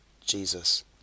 Jesus